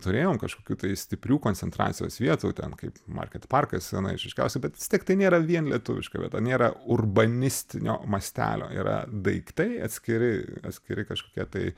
turėjom kažkokių tai stiprių koncentracijos vietų ten kaip market parkas viena iš ryškiausių bet vis tiek tai nėra vien lietuviška vieta nėra urbanistinio mastelio yra daiktai atskiri atskiri kažkokie tai